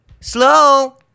slow